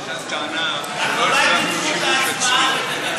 רויטל טענה שלא החרגנו שימוש עצמי.